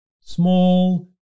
small